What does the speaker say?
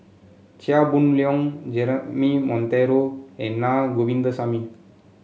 Chia Boon Leong Jeremy Monteiro and Naa Govindasamy